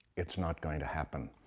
it's not going to happen.